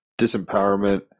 disempowerment